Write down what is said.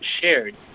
shared